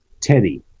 Teddy